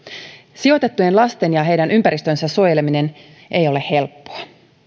sijoitettujen lasten ja heidän ympäristönsä suojeleminen ei ole helppoa